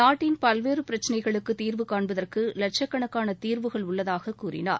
நாட்டின் பல்வேறு பிரச்சினைகளுக்கு தீர்வு காண்பதற்கு லட்சக்கணக்கான தீர்வுகள் உள்ளதாக கூறினார்